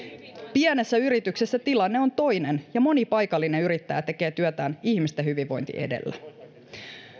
pienessä yrityksessä tilanne on toinen ja moni paikallinen yrittäjä tekee työtään ihmisten hyvinvointi edellä